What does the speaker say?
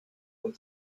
von